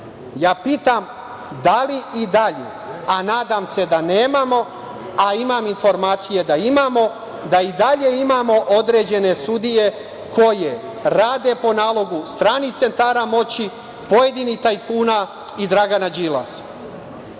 radi? Pitam, da li i dalje, a nadam se da nemamo, a imam informacije da imamo, da li i dalje imamo određene sudije koje rade po nalogu stranih centara moći, pojedinih tajkuna i Dragana Đilasa? Koliko